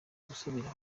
gusubira